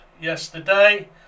yesterday